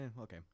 okay